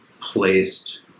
placed